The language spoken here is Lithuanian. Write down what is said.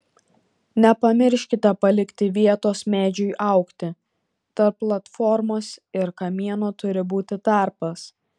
nepamirškite palikti vietos medžiui augti tarp platformos ir kamieno turi būti tarpas